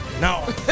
No